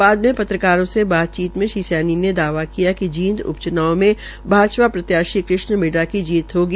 बाद में पत्रकारों से बातचीत में श्री सैनी ने दावा किया कि जींद उपच्नाव में भाजपा प्रत्याशी कृष्ण मिडडा की जीत होगी